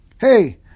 Hey